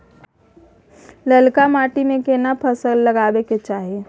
ललका माटी में केना फसल लगाबै चाही?